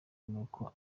nuko